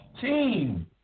team